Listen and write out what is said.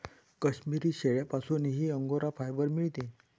काश्मिरी शेळ्यांपासूनही angora fibre मिळते